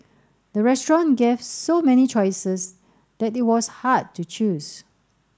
the restaurant gave so many choices that it was hard to choose